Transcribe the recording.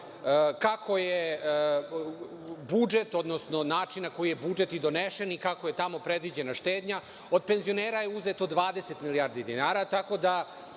kako je budžet, odnosno način na koji je budžet donesen i kako je tamo predviđena štednja, od penzionera je uzeto 20 milijardi dinara, tako da